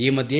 ಈ ಮಧ್ಯೆ